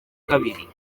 kabiri